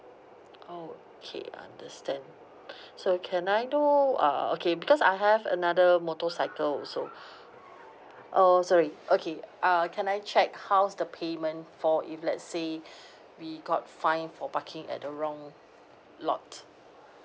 okay understand so can I know uh okay because I have another motorcycle so uh sorry okay ah can I check how's the payment for if let's say we got fined for parking at the wrong lot